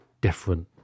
different